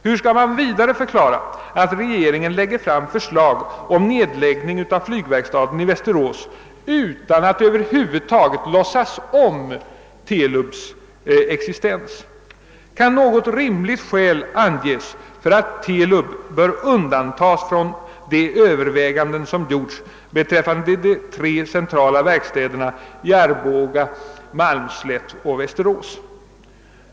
Hur skall man vidare förklara att regeringen lägger fram förslag om nedläggning av CVV utan att över huvud taget låtsas om TELUB:s existens? Kan något rimligt skäl anges för att TELUB bör undantas från de överväganden som gjorts beträffande de tre centrala verkstäderna i Arboga, Malmslätt och Västerås?